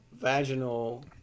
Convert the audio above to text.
vaginal